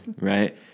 right